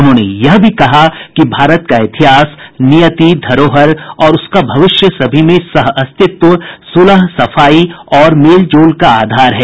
उन्होंने यह भी कहा कि भारत का इतिहास नियति धरोहर और उसका भविष्य सभी में सह अस्तित्व सुलह सफाई और मेलजोल का आधार है